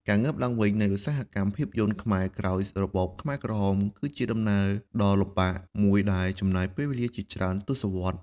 ការងើបឡើងវិញនៃឧស្សាហកម្មភាពយន្តខ្មែរក្រោយរបបខ្មែរក្រហមគឺជាដំណើរដ៏លំបាកមួយដែលចំណាយពេលជាច្រើនទសវត្សរ៍។